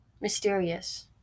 mysterious